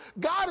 God